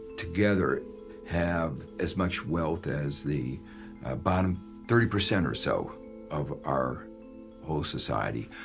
together have as much wealth as the bottom thirty percent or so of our whole society.